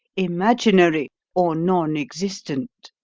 imaginary or non-existent.